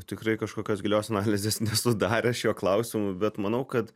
tikrai kažkokios gilios analizės nesu daręs šiuo klausimu bet manau kad